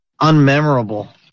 unmemorable